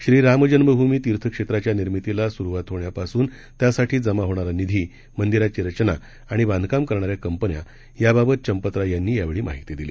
श्री राम जन्मभूमी तीर्थ क्षेत्राच्या निर्मितीला सुरुवात होण्यापासून त्यासाठी जमा होणारा निधी मंदिराची रचना आणि बांधकाम करणाऱ्या कंपन्या याबाबत चंपतराय यांनी यावेळी माहिती दिली